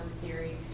theory